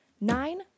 Nine